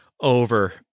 over